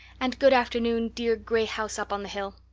and good afternoon, dear gray house up on the hill.